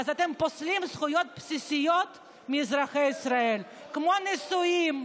אז אתם פוסלים זכויות בסיסיות מאזרחי ישראל כמו נישואים,